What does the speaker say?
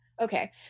Okay